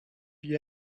you